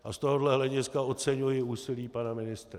Z tohoto hlediska oceňuji úsilí pana ministra.